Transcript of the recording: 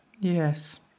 Yes